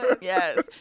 Yes